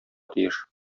тиеш